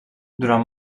durant